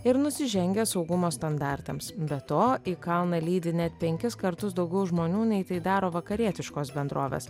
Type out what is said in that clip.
ir nusižengia saugumo standartams be to į kalną lydi net penkis kartus daugiau žmonių nei tai daro vakarietiškos bendrovės